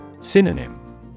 Synonym